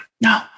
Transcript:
No